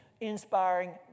inspiring